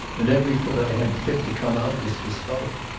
and every foot i had fit to come out was bespoke.